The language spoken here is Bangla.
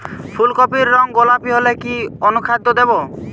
ফুল কপির রং গোলাপী হলে কি অনুখাদ্য দেবো?